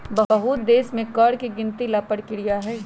बहुत देश में कर के गिनती ला परकिरिया हई